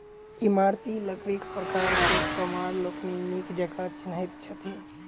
इमारती लकड़ीक प्रकार के कमार लोकनि नीक जकाँ चिन्हैत छथि